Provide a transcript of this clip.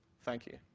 thank you.